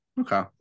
Okay